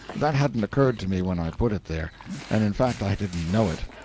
that hadn't occurred to me when i put it there and in fact i didn't know it.